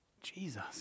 Jesus